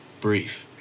brief